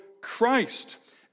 Christ